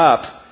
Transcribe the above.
up